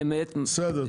בסדר.